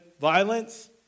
violence